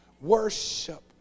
worship